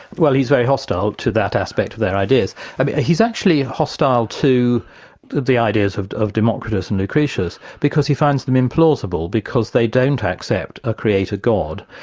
well he's very hostile to that aspect of their ideas. and he's actually hostile to the ideas of of democritus and lucretius because he finds them implausible because they don't accept a creator god,